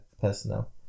personnel